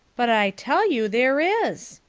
but i tell you there is,